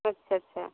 अच्छा अच्छा